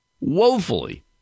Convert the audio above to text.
woefully